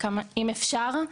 אם אפשר.